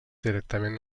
directament